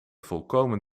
volkomen